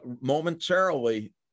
momentarily